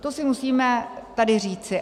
To si musíme tady říci.